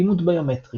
אימות ביומטרי